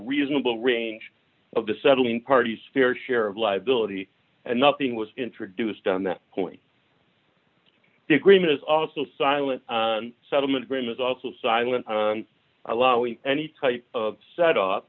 reasonable range of the settling parties fair share of liability and nothing was introduced on that point the agreement is also silent on settlement agreements also silent on allowing any type of set